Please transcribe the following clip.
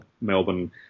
Melbourne